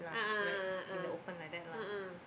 a'ah a'ah a'ah a'ah